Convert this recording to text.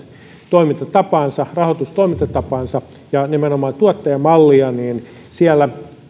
toimintatapaansa rahoitustoimintatapaansa ja nimenomaan tuottajamallia niin siellä